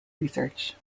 research